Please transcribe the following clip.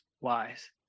wise